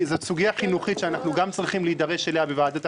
זאת סוגיה חינוכית שגם אנחנו בוועדת החינוך צריכים להידרש אליה.